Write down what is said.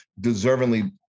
deservingly